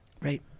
Right